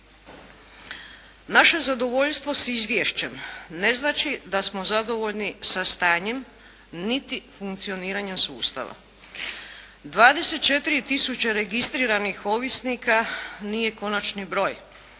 Naše zadovoljstvo s izvješćem ne znači da smo zadovoljni sa stanjem niti funkcioniranja sustava. 24 tisuće registriranih ovisnika nije konačni broj.